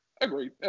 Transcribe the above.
agree